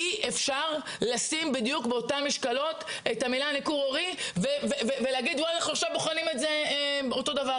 אי אפשר לשים באותו משקל את המילה ניכור הורי ולשקול את זה אותו דבר.